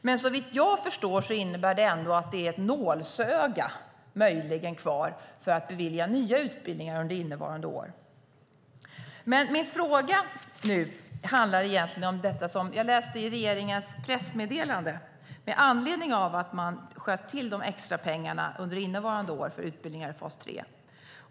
Men såvitt jag förstår innebär detta ändå att det möjligen är ett nålsöga kvar för att bevilja nya utbildningar under innevarande år. Min fråga handlar om det jag läste i regeringens pressmeddelande med anledning av de extra pengar som sköts till under innevarande år för utbildningar i fas 3.